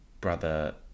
brother